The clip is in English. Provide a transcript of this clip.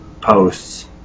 posts